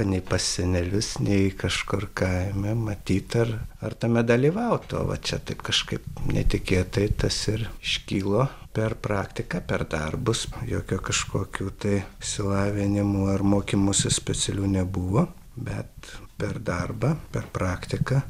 nei pas senelius nei kažkur kaime matyt ar ar tame dalyvaut o va čia tai kažkaip netikėtai tas ir iškilo per praktiką per darbus jokio kažkokių tai išsilavinimų ar mokymosi specialių nebuvo bet per darbą per praktiką